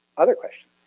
other questions?